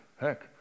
heck